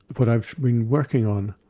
but what i've been working on.